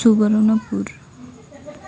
Subarnapur